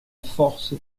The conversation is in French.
force